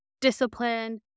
discipline